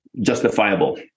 justifiable